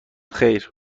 خیر